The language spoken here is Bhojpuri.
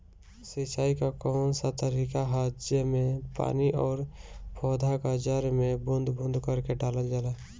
सिंचाई क कउन सा तरीका ह जेम्मे पानी और पौधा क जड़ में बूंद बूंद करके डालल जाला?